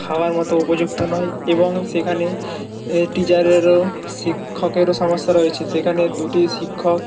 খাওয়ার মত উপযুক্ত নয় এবং সেখানে টিচারেরও শিক্ষকেরও সমস্যা রয়েছে সেখানে দুটি শিক্ষক